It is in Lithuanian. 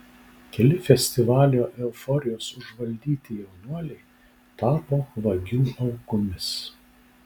keli festivalio euforijos užvaldyti jaunuoliai tapo vagių aukomis